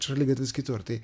šaligatvis kitur tai